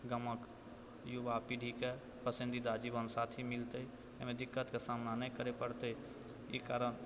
गाँवके युवा पीढ़ीके पसन्दीदा जीवन साथी मिलतै एहिमे दिक्कतके सामना नहि करै पड़तै ई कारण